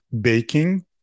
baking